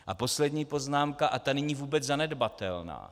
A poslední poznámka a ta není vůbec zanedbatelná.